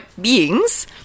beings